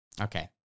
Okay